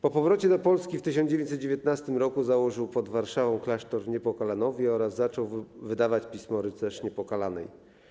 Po powrocie do Polski w 1919 r. założył pod Warszawą klasztor w Niepokalanowie oraz zaczął wydawać pismo „Rycerz Niepokalanej”